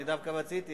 אני דווקא רציתי,